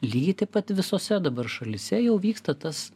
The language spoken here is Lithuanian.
lygiai taip pat visose dabar šalyse jau vyksta tas